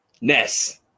Ness